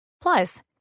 Plus